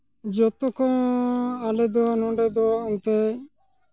ᱡᱚᱛᱚ ᱠᱷᱚᱱ ᱟᱞᱮᱫᱚ ᱱᱚᱸᱰᱮ ᱫᱚ ᱮᱱᱛᱮᱫ